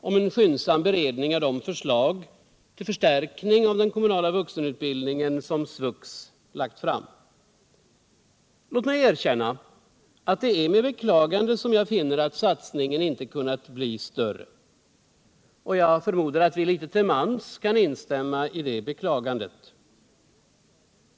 om en skyndsam beredning av de förslag till förstärkning av den kommunala vuxenutbildningen som SVUX lagt fram. Låt mig erkänna att det är med beklagande som jag finner att satsningen inte kunnat bli större. Jag förmodar att vi litet till mans kan instämma i det beklagandet.